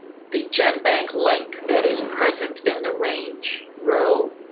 the genbank link that is present in the range row.